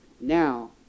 Now